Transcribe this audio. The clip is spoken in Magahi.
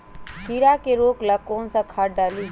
कीड़ा के रोक ला कौन सा खाद्य डाली?